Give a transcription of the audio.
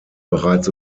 bereits